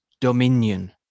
Dominion